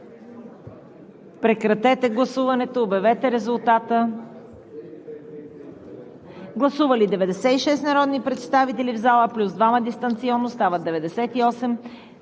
Прекратете гласуването и обявете резултата. Гласували 144 народни представители от залата плюс 2 дистанционно, стават